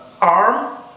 arm